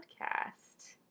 podcast